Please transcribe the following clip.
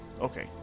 okay